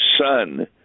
son